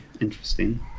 Interesting